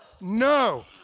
No